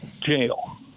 jail